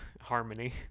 harmony